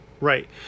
Right